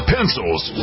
Pencils